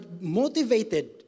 motivated